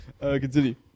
Continue